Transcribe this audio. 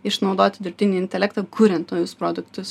išnaudoti dirbtinį intelektą kuriant naujus produktus